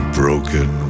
broken